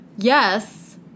Yes